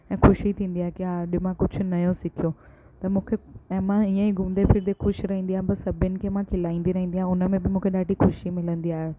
ऐं ख़ुशी थींदी आहे की हा अॼु मां कुझु नओं सिखियो त मूंखे ऐं मां इअं ई घुमंदे फिरदे ख़ुशि रहींदी आहियां बसि सभिनि खे मां खिलाईंदी रहींदी आहियां हुन में ब ॾाढी ख़ुशी मिलंदी आहे